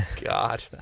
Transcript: God